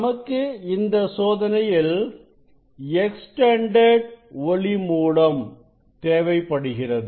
நமக்கு இந்த சோதனையில் எக்ஸ்டெண்டெட் ஒளி மூலம் தேவைப்படுகிறது